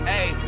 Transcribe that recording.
Hey